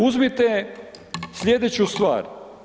Uzmite sljedeću stvar.